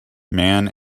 man